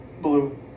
Blue